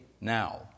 now